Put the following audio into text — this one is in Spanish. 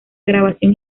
grabación